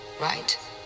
Right